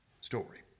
story